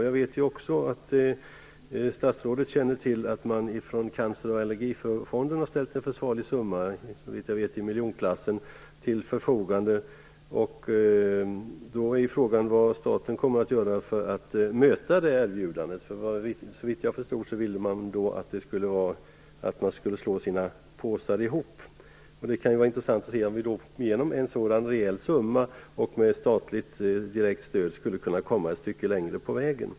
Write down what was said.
Jag vet också att statsrådet känner till att man från Cancer och allergifonden har ställt en försvarlig summa - såvitt jag vet i miljonklassen - till förfogande. Då är frågan vad staten kommer att göra för att möta det erbjudandet. Såvitt jag förstod ville man att staten och fonden skulle slå sina påsar ihop. Det kan vara intressant att se om vi genom en sådan rejäl summa och med statligt direkt stöd skulle komma ett stycke längre på vägen.